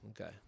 Okay